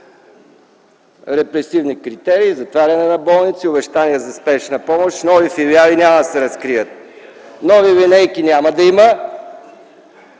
Репресивни критерии – затваряне на болници, обещания за спешна помощ, нови филиали няма да се разкрият, нови линейки няма да има,